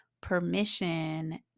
permission